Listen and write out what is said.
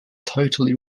totally